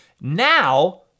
Now